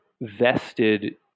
vested